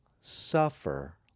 suffer